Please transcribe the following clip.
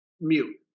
mute